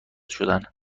شدن